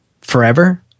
forever